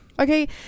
Okay